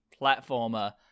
platformer